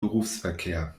berufsverkehr